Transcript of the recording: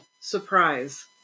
surprise